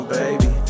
baby